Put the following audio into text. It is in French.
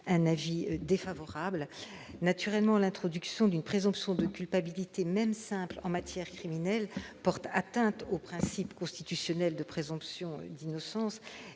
n° 130 du Gouvernement. L'introduction d'une présomption de culpabilité, même simple, en matière criminelle porte atteinte au principe constitutionnel de présomption d'innocence,